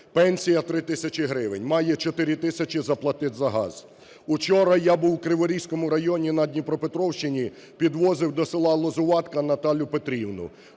Пенсія 3 тисячі гривень, має 4 тисячі заплатити за газ. Вчора я був в Криворізькому районі на Дніпропетровщині, підвозив до селаЛозуватка Наталію Петрівну.